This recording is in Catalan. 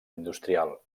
industrial